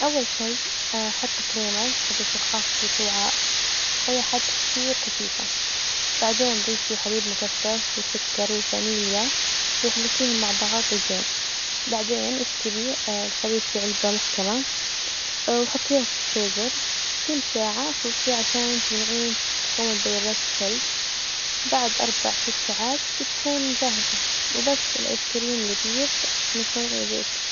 أول شي أحط كريمة حجت الخفج في وعاء، إخفقيها حتى تصير كثيفة، بعدين ضيفي حليب مكثف وسكر وفانيليا وإخلطيهم مع بعض زين، بعدين إسكبي الخليط في علبة محكمة وحطيها في الفريزر، كل ساعة إخلطي عشان تمنعين تكون بلورات الثلج، بعد أربع ست ساعات بتكون جاهزة، وبس الآيس كريم لذيذ من صنع يديك.